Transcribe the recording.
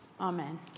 Amen